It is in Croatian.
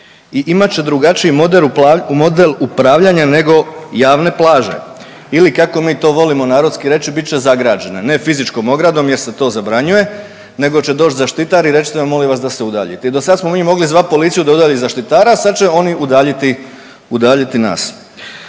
i imat će drugačiji model upravljanja nego javno plaže. Ili kao mi to volimo narodski reći bit će zagrađene, ne fizičkom ogradom jer se to zabranjuje nego će doći zaštitar i reći vam molim vas da se udaljite. I dosada smo mi mogli zvati policiju da udalji zaštitara, a sad će oni udalji,